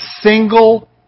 single